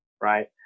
right